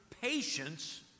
patience